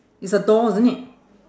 it's a door isn't it